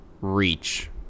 reach